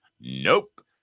nope